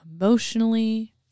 emotionally